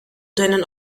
deinen